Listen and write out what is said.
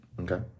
Okay